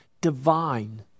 divine